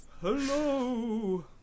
Hello